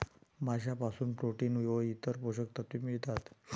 माशांपासून प्रोटीन व इतर पोषक तत्वे मिळतात